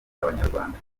abanyarwanda